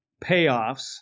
payoffs